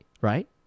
right